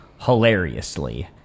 hilariously